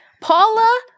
Paula